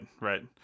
right